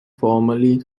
formerly